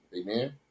Amen